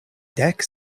dek